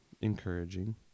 encouraging